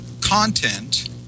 content